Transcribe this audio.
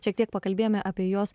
šiek tiek pakalbėjome apie jos